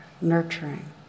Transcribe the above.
nurturing